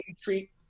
treat